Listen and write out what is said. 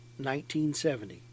1970